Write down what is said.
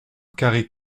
carrey